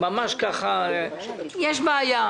ממש ככה - יש בעיה.